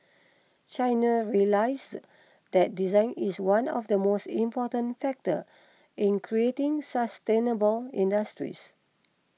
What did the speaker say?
China realises that design is one of the most important factors in creating sustainable industries